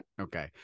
Okay